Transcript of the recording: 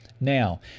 Now